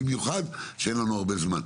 במיוחד כשאין לנו הרבה זמן.